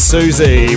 Susie